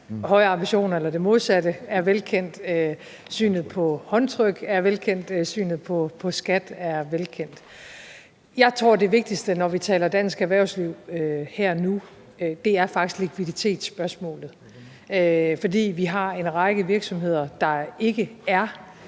højere ambitioner eller det modsatte, er velkendte, synet på håndtryk er velkendt, synet på skat er velkendt. Jeg tror, det vigtigste, når vi taler om dansk erhvervsliv her og nu, faktisk er likviditetsspørgsmålet, fordi vi har en række virksomheder, som ikke har